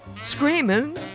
screaming